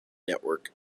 network